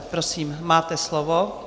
Prosím, máte slovo.